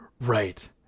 Right